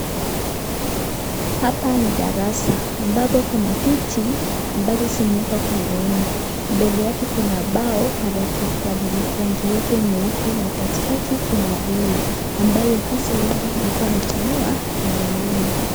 Hapa ni darasa ambapo kuna viti ambazo zimeekwa kwa laini mbele yake kuna bao kwa rangi yake nyeupe na katika kuna rula ambaye haswa huenda ilikuwa inatumiwa na walimu.